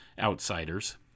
outsiders